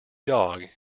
dog